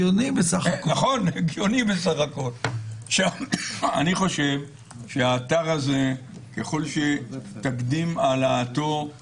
אני חושב שהאתר הזה, ככל שתקדים העלאתו זה